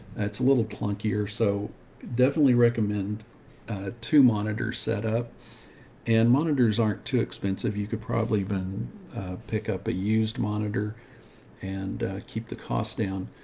it's a little clunkier, so definitely recommend ah two monitors set up and monitors aren't too expensive. you could probably even pick up a used monitor and keep the costs down.